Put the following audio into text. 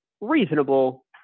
reasonable